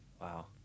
Wow